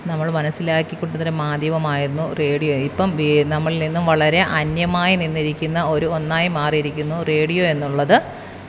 നമ്മള് മനസ്സിലാക്കിക്കൊട്ടുതരം മാധ്യമമായിരുന്നു റേഡിയോ ഇപ്പം പീ നമ്മളില് നിന്നും വളരെ അന്യമായി നിന്നിരിക്കുന്ന ഒരു ഒന്നായി മാറിയിരിക്കുന്നു റേഡിയോയെന്നുള്ളത്